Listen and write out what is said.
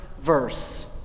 verse